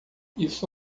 isso